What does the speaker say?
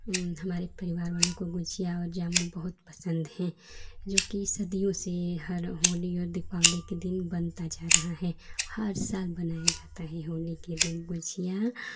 हमारे परिवारवालों को गुझिया और जामुन बहुत पसन्द हैं जोकि सदियों से हर होली और दीपावली के दिन बनता जा रहा है हर साल बनाई जाती है होली के दिन गुझिया